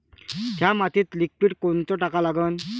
थ्या मातीत लिक्विड कोनचं टाका लागन?